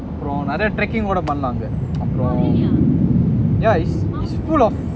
அப்பொறோம் நெறய ட்ரெக்கிங் கூட பண்ணலாம் அங்க:apporoam neraya traking kuda pannalam anga yeah it's full of